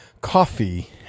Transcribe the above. Coffee